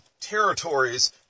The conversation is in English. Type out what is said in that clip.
territories